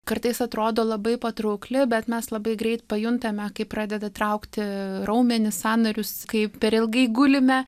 kartais atrodo labai patraukli bet mes labai greit pajuntame kai pradeda traukti raumenis sąnarius kai per ilgai gulime